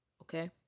Okay